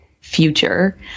future